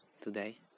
today